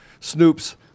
Snoops